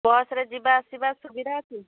ବସ୍ରେ ଯିବା ଆସିବା ସୁବିଧା ଅଛି